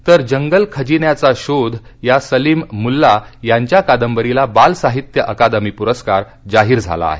तर जंगल खजिन्याचा शोध या सलीम मुल्ला यांच्या कादंबरीला बालसाहित्य अकादमी पुरस्कार जाहीर झाला आहे